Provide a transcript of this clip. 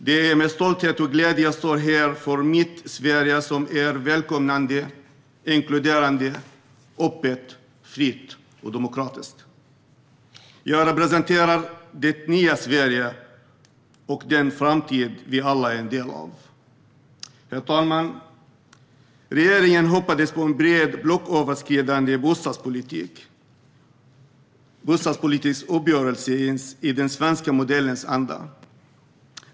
Det är med stolthet och glädje jag står här för mitt Sverige som är välkomnande, inkluderande, öppet, fritt och demokratiskt. Jag representerar det nya Sverige och den framtid som vi alla är en del av. Herr talman! Regeringen hoppades på en bred, blocköverskridande bostadspolitisk uppgörelse i den svenska modellens anda.